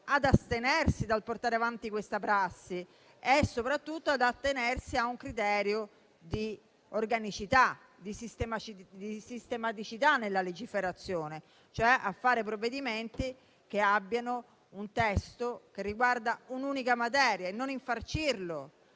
ad astenersi dal portare avanti questa prassi e soprattutto ad attenersi a un criterio di organicità e di sistematicità nella legiferazione, cioè a fare provvedimenti che abbiano un testo che riguarda un'unica materia e a non infarcirlo,